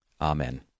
Amen